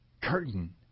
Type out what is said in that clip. curtain